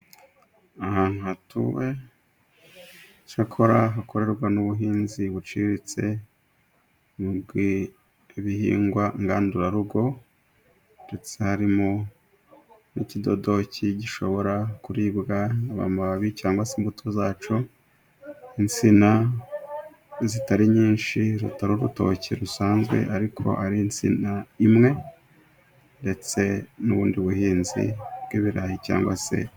Ahantu hatuwe, cyakora hakorerwa n'ubuhinzi buciriritse, mu bihingwa ngandurarugo, ndetse harimo n'ikidodoki gishobora kuribwa amababi, cyangwa se imbuto zacyo, insina zitari nyinshi zitari urutoki rusanzwe, ariko ari insina imwe, ndetse n'ubundi buhinzi bw'ibirayi cyangwa se...